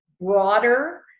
broader